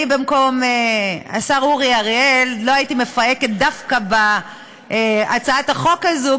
אני במקום השר אורי אריאל לא הייתי מפהקת דווקא בהצעת החוק הזאת,